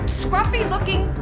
scruffy-looking